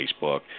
Facebook